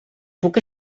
puc